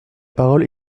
parole